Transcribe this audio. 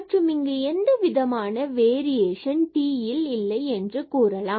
மற்றும் இங்கு எந்தவிதமான வேரியேஷன் t ல் இல்லை என கூறலாம்